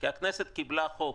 כי הכנסת קיבלה חוק